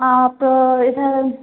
आप इधर